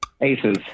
Aces